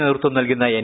നേതൃത്വം നൽകുന്ന എൻ